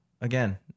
Again